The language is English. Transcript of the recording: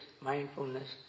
mindfulness